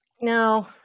No